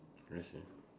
I see